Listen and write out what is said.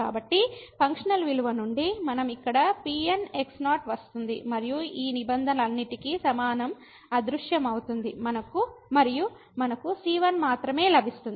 కాబట్టి ఫంక్షనల్ విలువ నుండి మనం ఇక్కడ Pnx0 వస్తుంది మరియు ఈ నిబంధనలన్నింటికీ సమానం అదృశ్యమవుతుంది మరియు మనకు c1 మాత్రమే లభిస్తుంది